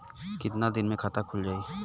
कितना दिन मे खाता खुल जाई?